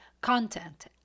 content